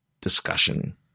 discussion